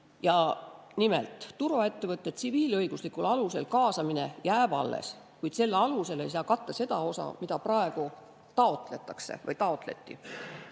Ja nimelt, turvaettevõtte tsiviilõiguslikul alusel kaasamine jääb alles, kuid selle alusel ei saa katta seda osa, mida praegu on taotletud.